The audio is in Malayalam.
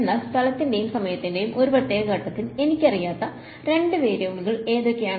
എന്നാൽ സ്ഥലത്തിന്റെയും സമയത്തിന്റെയും ഒരു പ്രത്യേക ഘട്ടത്തിൽ എനിക്കറിയാത്ത 2 വേരിയബിളുകൾ ഏതൊക്കെയാണ്